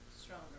stronger